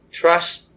trust